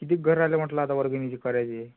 किती घरं राहिले म्हटलं आता वर्गणीचे करायचे